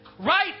Right